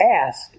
ask